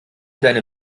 deine